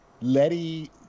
Letty